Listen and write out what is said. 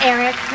Eric